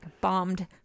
Bombed